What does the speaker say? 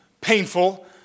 painful